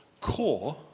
core